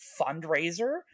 fundraiser